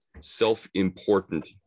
self-important